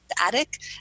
attic